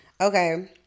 okay